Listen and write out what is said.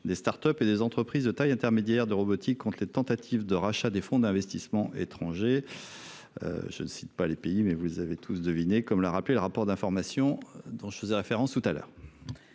des Start-Up et des entreprises de taille intermédiaire de robotique compte les tentatives de rachat des fonds d'investissements étrangers. Je ne cite pas les pays mais vous avez tous deviné comme l'a rappelé le rapport d'information dont je faisais référence tout à l'heure.